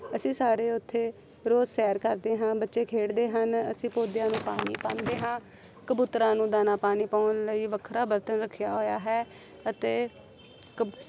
ਅਸੀਂ ਸਾਰੇ ਉੱਥੇ ਰੋਜ਼ ਸੈਰ ਕਰਦੇ ਹਾਂ ਬੱਚੇ ਖੇਡਦੇ ਹਨ ਅਸੀਂ ਪੌਦਿਆਂ ਨੂੰ ਪਾਣੀ ਪਾਉਂਦੇ ਹਾਂ ਕਬੂਤਰਾਂ ਨੂੰ ਦਾਣਾ ਪਾਣੀ ਪਾਉਣ ਲਈ ਵੱਖਰਾ ਬਰਤਨ ਰੱਖਿਆ ਹੋਇਆ ਹੈ ਅਤੇ ਕਬ